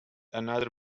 another